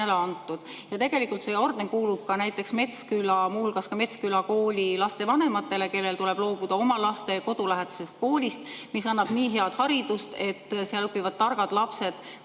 Ja tegelikult see orden kuulub ka näiteks Metskülla, muu hulgas ka Metsküla kooli lapsevanematele, kellel tuleb loobuda oma laste kodulähedasest koolist, mis annab nii head haridust, et seal õpivad targad lapsed,